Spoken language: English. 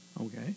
Okay